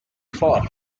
for